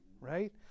right